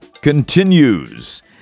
continues